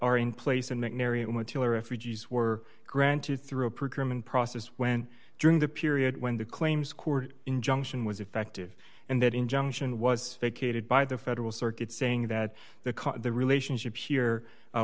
are in place in mcnairy and went to refugees were granted through a procurement process when during the period when the claims court injunction was effective and that injunction was vacated by the federal circuit saying that the the relationship he